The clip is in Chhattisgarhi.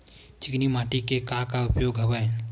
चिकनी माटी के का का उपयोग हवय?